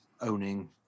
owning